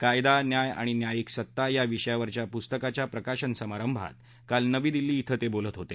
कायदा न्याय आणि न्यायिक सत्ता या विषयावरच्या पुस्तकाच्या प्रकाशन समारंभात काल नवी दिल्ली अं ते बोलत होते